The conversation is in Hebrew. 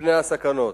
מפני הסכנות.